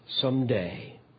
someday